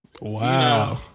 Wow